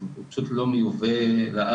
הוא פשוט לא מיובא לארץ.